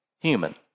human